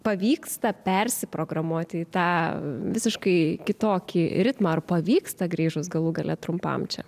pavyksta persiprogramuoti į tą visiškai kitokį ritmą ar pavyksta grįžus galų gale trumpam čia